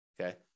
okay